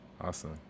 Awesome